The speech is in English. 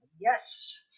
yes